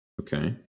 Okay